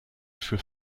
für